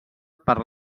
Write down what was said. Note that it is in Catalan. per